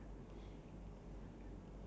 a big fuss from a small thing lah